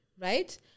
right